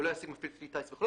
ולא יעסיק מפעיל כלי טיס וכו',